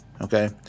Okay